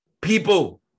people